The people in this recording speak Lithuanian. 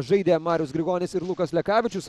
žaidė marius grigonis ir lukas lekavičius